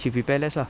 she prepare less lah